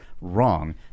wrong